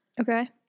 Okay